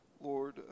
Lord